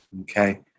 okay